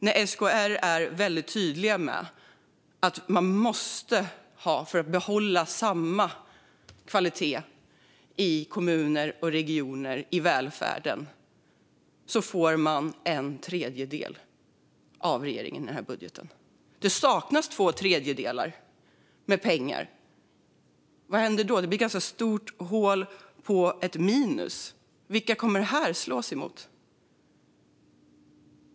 När SKR är tydliga med vad man måste ha för att behålla samma kvalitet i kommuner och regioner i välfärden får man en tredjedel av regeringen i budgeten. Det saknas två tredjedelar av pengarna. Vad händer då? Det blir ett ganska stort hål och ett minus. Vilka kommer det här att slå emot?